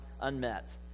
unmet